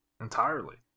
entirely